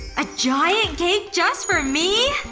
a giant cake just for me!